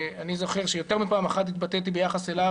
אני זוכר שיותר מפעם אחת התבטאתי ביחס אליו,